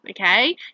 okay